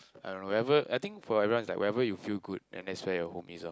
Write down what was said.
I don't know where ever I think for everyone is like where ever you feel good and that's where your home is oh